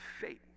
fate